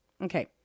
Okay